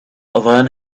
then